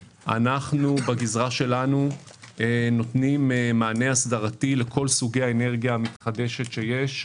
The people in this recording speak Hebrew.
בגזרה שלנו אנחנו נותנים מענה של הסדרה לכל סוגי האנרגיה המתחדשת שיש,